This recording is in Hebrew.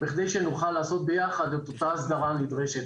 כדי שנוכל לעשות ביחד את אותה הסדרה נדרשת.